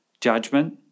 judgment